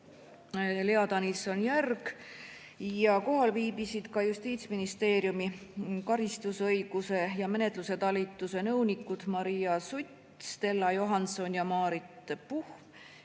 Lea Danilson-Järg. Kohal viibisid ka Justiitsministeeriumi karistusõiguse ja menetluse talituse nõunikud Maria Sutt, Stella Johanson ja Maarit Puhm,